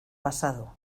pasado